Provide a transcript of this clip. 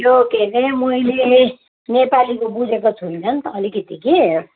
त्यो के अरे मैले नेपालीको बुजेको छुइनँ नि त अलिकति कि